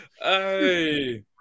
Hey